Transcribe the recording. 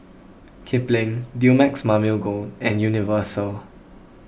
Kipling Dumex Mamil Gold and Universal